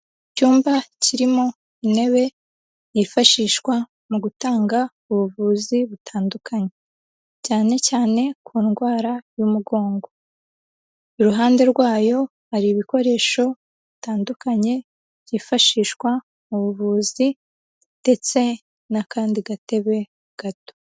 Icyumba kirimo intebe yifashishwa mu gutanga ubuvuzi butandukanye, cyane cyane ku ndwara y'umugongo, iruhande rwayo hari ibikoresho bitandukanye, byifashishwa mu buvuzi ndetse n'akandi gatebe gato.